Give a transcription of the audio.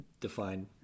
define